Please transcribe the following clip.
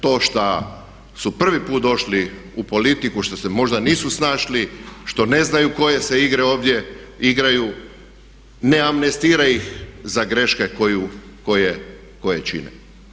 To šta su prvi put došli u politiku, što se možda nisu snašli, što ne znaju koje se igre ovdje igraju ne amnestira ih za greške koje čine.